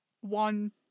one